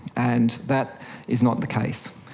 and that is not the case.